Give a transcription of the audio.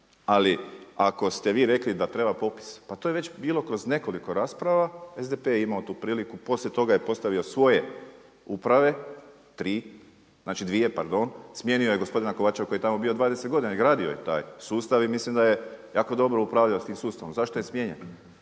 Ali ako ste vi rekli da treba popis, pa to je već bilo kroz nekoliko rasprava. SDP je imao tu priliku. Poslije toga je postavio svoje uprave tri, znači dvije pardon. Smijenio je gospodina Kovačeva koji je tamo bio 20 godina i gradio je taj sustav i mislim da je jako dobro upravljao s tim sustavom. Zašto je smijenjen?